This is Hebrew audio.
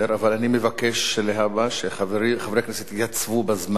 אבל אני מבקש שלהבא חברי הכנסת יתייצבו בזמן,